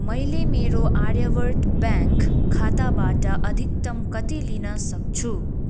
मैले मेरो आर्यव्रत ब्याङ्क खाताबाट अधिकतम कति लिन सक्छु